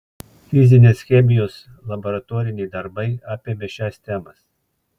fizinės chemijos laboratoriniai darbai apėmė šias temas